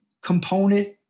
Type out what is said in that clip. component